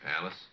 Alice